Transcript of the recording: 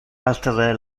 altere